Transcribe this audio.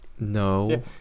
No